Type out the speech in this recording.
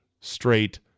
straight